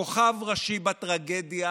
כוכב ראשי בטרגדיה